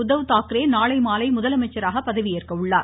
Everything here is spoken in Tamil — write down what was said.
உத்தவ் தாக்கரே நாளைமாலை முதலமைச்சராக பதவியேற்க உள்ளார்